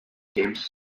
james